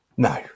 No